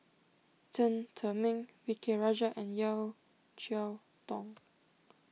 Chen Zhiming V K Rajah and Yeo Cheow Tong